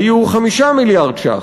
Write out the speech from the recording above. היו 5 מיליארד ש"ח.